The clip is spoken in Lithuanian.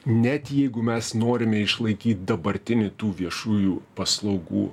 net jeigu mes norime išlaikyt dabartinį tų viešųjų paslaugų